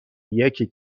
یکی